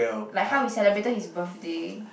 like how we celebrated his birthday